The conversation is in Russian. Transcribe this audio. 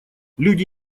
люди